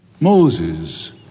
Moses